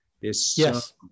Yes